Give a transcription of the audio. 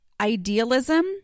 idealism